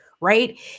right